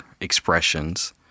expressions